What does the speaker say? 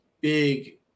big